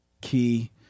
Key